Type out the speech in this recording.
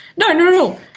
not not at all,